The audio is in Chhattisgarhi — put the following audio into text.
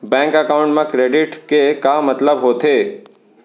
बैंक एकाउंट मा क्रेडिट के का मतलब होथे?